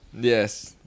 Yes